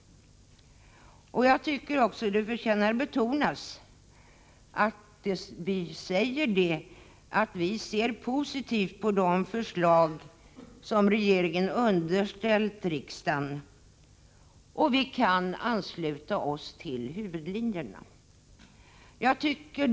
Det förtjänar också att betonas att vi ser positivt på de förslag som regeringen underställt riksdagen och kan ansluta oss till huvudlinjerna i dessa.